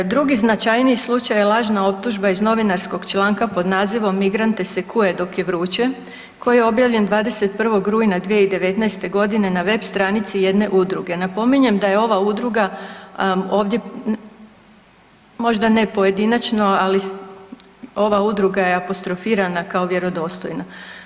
Drugi značajniji slučaj lažna optužba iz novinarskog članka pod nazivom Migrante se kuje dok je vruće, koji je objavljen 21. rujna 2019. godine na web stranici jedne udruge, napominjem da je ova udruga ovdje možda ne pojedinačno, ali ova udruga je apostrofirana kao vjerodostojna.